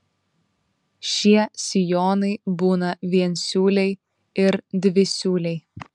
šie sijonai būna viensiūliai ir dvisiūliai